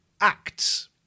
acts